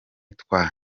twa